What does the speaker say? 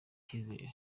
icyizere